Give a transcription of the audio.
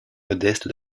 modeste